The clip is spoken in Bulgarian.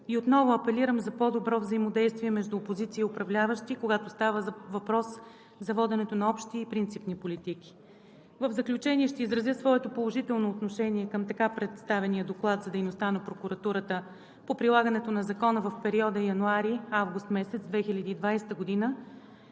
и отново апелирам за по-добро взаимодействие между опозиция и управляващи, когато става въпрос за воденето на общи и принципни политики. В заключение ще изразя своето положително отношение към така представения Доклад за дейността на прокуратурата по прилагането на закона в периода януари – месец август